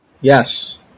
Yes